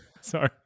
sorry